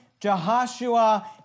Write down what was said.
Jehoshua